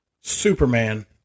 Superman